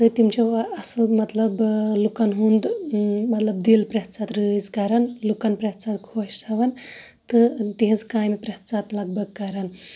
تہٕ تِم چھِ اَصٕل مَطلَب لُکَن ہُنٛد مَطلَب دِل پرٛتھ ساتہٕ رٲز کَران لُکَن پرٛتھ ساتہٕ خۄش تھاوان تہٕ تِہِنٛز کامہٕ پرٛتھ ساتہٕ لَک بَگ کَران